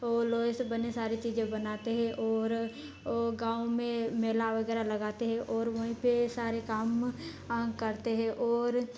वो लोहे से बने सारी चीजें बनाते हैं और वो गाँव में मेला वगैरह लगाते हैं और वहीं पर सारे काम करते हैं और